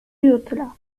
jutra